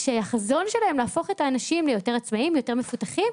החזון הוא להפוך אנשים ליותר עצמאיים ומפותחים,